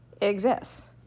exists